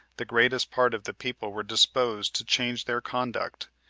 the greatest part of the people were disposed to change their conduct,